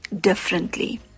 differently